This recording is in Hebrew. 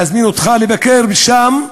להזמין אותך לבקר שם,